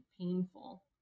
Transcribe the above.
painful